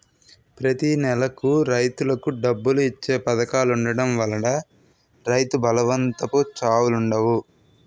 ప్రతి నెలకు రైతులకు డబ్బులు ఇచ్చే పధకాలు ఉండడం వల్ల రైతు బలవంతపు చావులుండవు